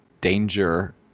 danger